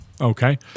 Okay